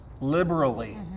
liberally